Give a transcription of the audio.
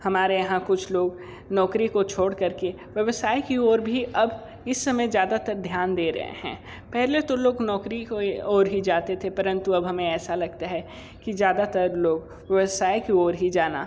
हमारे यहाँ कुछ लोग नौकरी को छोड़ कर के व्यवसाय की ओर भी अब इस समय ज़्यादातर ध्यान दे रहे हैं पहले तो लोग नौकरी कोई और ही जाते थे परंतु अब हमें ऐसा लगता है कि ज़्यादातर लोग व्यवसाय की ओर ही जाना